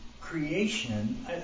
creation